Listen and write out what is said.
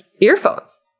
earphones